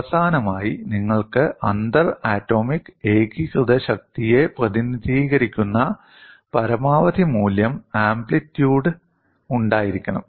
അവസാനമായി നിങ്ങൾക്ക് അന്തർ ആറ്റോമിക് ഏകീകൃത ശക്തിയെ പ്രതിനിധീകരിക്കുന്ന പരമാവധി മൂല്യം ആംപ്ലിറ്റ്യൂഡ് ഉണ്ടായിരിക്കണം